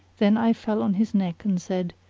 then i fell on his neck and said,